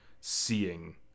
seeing